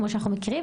כמו שאנחנו מכירים,